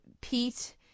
Pete